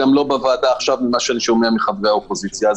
גם לא בוועדה עכשיו ממה שאני שומע מחברי האופוזיציה.